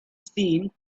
seen